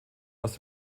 aus